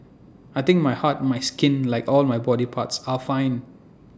I think my heart my skin like all my body parts are fine